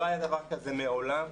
לא היה דבר כזה מעולם.